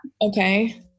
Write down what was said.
Okay